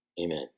Amen